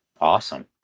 awesome